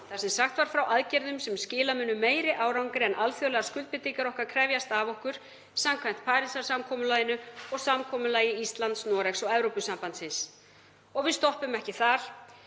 þar sem sagt var frá aðgerðum sem skila munu meiri árangri en alþjóðlegar skuldbindingar okkar krefjast af okkur samkvæmt Parísarsamkomulaginu og samkomulagi Íslands, Noregs og Evrópusambandsins. Og við stoppum ekki þar